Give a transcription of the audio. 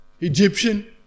Egyptian